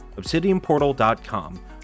obsidianportal.com